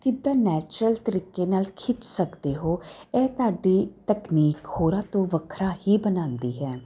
ਕਿੱਦਾਂ ਨੈਚੁਰਲ ਤਰੀਕੇ ਨਾਲ ਖਿੱਚ ਸਕਦੇ ਹੋ ਇਹ ਤੁਹਾਡੀ ਤਕਨੀਕ ਹੋਰਾਂ ਤੋਂ ਵੱਖਰਾ ਹੀ ਬਣਾਉਂਦੀ ਹੈ